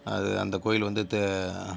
அது அந்தக் கோவில் வந்து